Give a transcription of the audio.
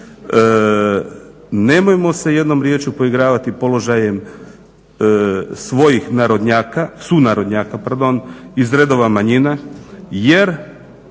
Nemojmo se jednom riječju poigravati položajem svojih sunarodnjaka iz redova manjina jer